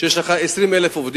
ואם יש לך 20,000 עובדים,